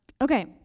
Okay